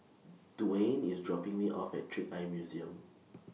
Dewayne IS dropping Me off At Trick Eye Museum